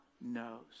knows